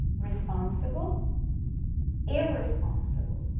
responsible irresponsible